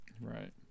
Right